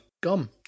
Gum